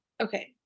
Okay